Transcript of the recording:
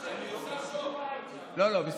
לא, לא.